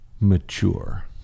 mature